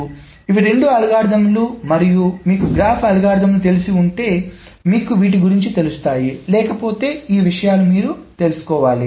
కాబట్టి ఇవి రెండు అల్గోరిథంలు మరియు మీకు గ్రాఫ్ అల్గోరిథంలు తెలిసి ఉంటే మీకు వీటి గురించి తెలుస్తాయి లేకపోతే ఈ విషయాలు తెలుసుకోవాలి